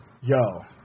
Yo